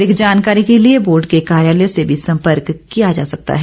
अधिक जानकारी के लिए बोर्ड के कार्यालय से भी सम्पर्क किया जा सकता है